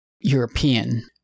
European